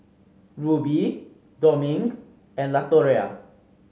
Rubie Dominque and Latoria